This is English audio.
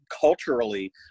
culturally